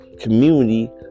community